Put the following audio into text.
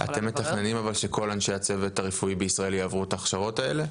האם אתם מתכננים שכל אנשי הצוות הרפואי בישראל יעברו את ההכשרות האלו?